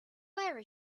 where